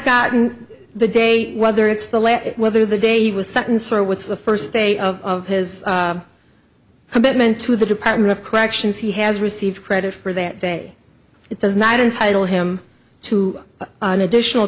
gotten the day whether it's the last whether the day he was sentenced for which is the first day of his commitment to the department of corrections he has received credit for that day it does not entitle him to additional